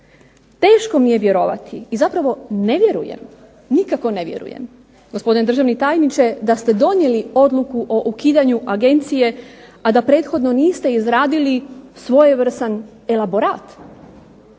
Teško mi je vjerovati i zapravo ne vjerujem, nikako ne vjerujem gospodine državni tajniče da ste donijeli odluku o ukidanju agencije, a da prethodno niste izradili svojevrstan elaborat